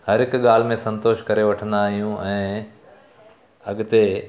हर हिक ॻाल्हि में संतोषु करे वठंदा आहियूं ऐं अॻिते